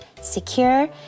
secure